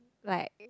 like